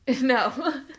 No